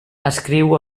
escriu